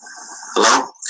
Hello